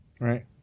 right